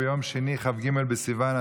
מי נמנע?